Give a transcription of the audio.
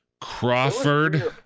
Crawford